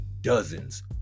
dozens